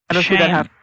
shame